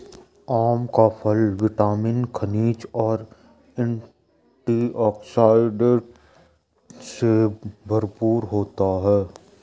आम का फल विटामिन, खनिज और एंटीऑक्सीडेंट से भरपूर होता है